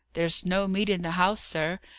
there's no meat in the house, sir.